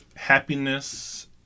Happiness